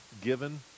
given